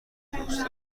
دوست